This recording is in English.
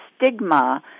stigma